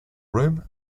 room